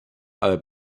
aber